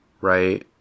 right